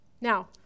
Now